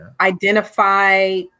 identify